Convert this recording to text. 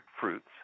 fruits